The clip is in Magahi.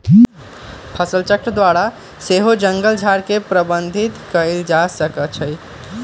फसलचक्र द्वारा सेहो जङगल झार के प्रबंधित कएल जा सकै छइ